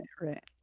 right